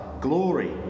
Glory